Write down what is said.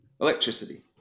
Electricity